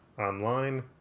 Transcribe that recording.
online